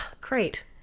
great